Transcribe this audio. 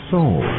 Soul